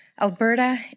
Alberta